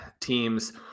teams